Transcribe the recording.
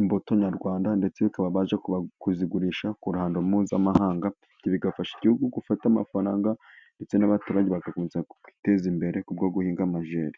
imbuto nyarwanda ndetse bikabasha kuzigurisha ku ruhando mpuzamahanga bigafasha igihugu gufata amafaranga ndetse n'abaturage bagakomeza kwiteza imbere kubwo guhinga amajeri